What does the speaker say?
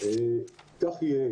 כך יהיה.